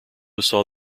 saw